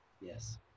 yes